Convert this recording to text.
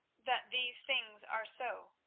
that these things are so,